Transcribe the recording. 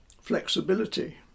flexibility